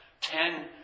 ten